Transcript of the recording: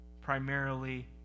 primarily